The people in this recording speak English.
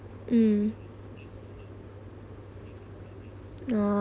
um oh